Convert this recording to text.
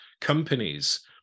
companies